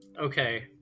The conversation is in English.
okay